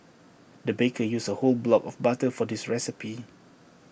the baker used A whole block of butter for this recipe